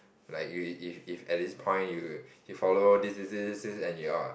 like you if if at this point you you follow this this this this this and you are